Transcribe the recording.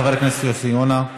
חבר הכנסת יוסי יונה.